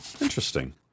interesting